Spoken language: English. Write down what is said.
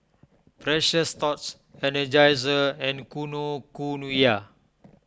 Precious Thots Energizer and Kinokuniya